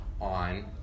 on